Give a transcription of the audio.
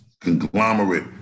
conglomerate